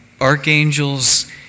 archangels